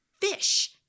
fish